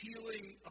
healing